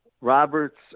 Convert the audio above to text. Roberts